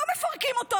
לא מפרקים אותו.